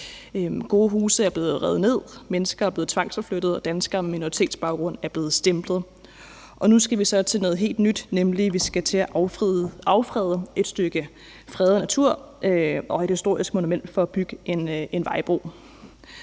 Gode huse er blevet revet ned, mennesker er blevet tvangsforflyttet, og danskere med minoritetsbaggrund er blevet stemplet. Nu skal vi så til noget helt nyt, nemlig til at affrede et stykke fredet natur og et historisk monument for at bygge en vejbro.